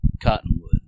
cottonwood